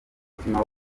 umutima